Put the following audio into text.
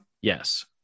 Yes